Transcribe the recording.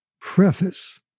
preface